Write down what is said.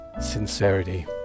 sincerity